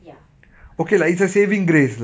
ya I just like